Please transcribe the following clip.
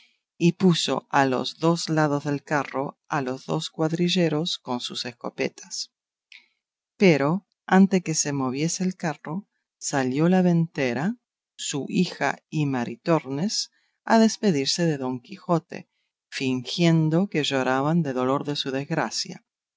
y puso a los dos lados del carro a los dos cuadrilleros con sus escopetas pero antes que se moviese el carro salió la ventera su hija y maritornes a despedirse de don quijote fingiendo que lloraban de dolor de su desgracia